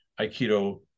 Aikido